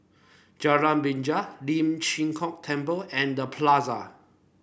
Jalan Binjai Lian Chee Kek Temple and The Plaza